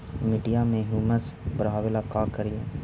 मिट्टियां में ह्यूमस बढ़ाबेला का करिए?